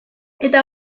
eta